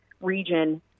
region